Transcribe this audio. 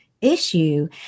issue